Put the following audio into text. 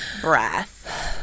breath